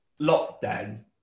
lockdown